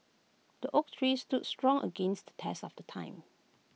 the oak tree stood strong against the test of the time